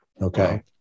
Okay